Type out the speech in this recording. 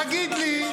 תגיד לי,